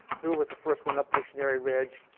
who was the first one up missionary ridge.